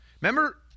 Remember